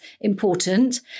important